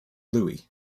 louis